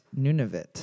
Nunavut